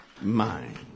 mind